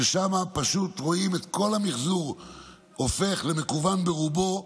שם פשוט רואים את כל המחזור הופך למקוון ברובו,